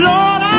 Lord